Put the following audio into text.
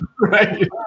Right